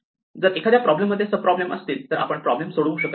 जर एखाद्या प्रॉब्लेम मध्ये सब प्रॉब्लेम असतील तर आपण प्रॉब्लेम सोडवू शकत नाही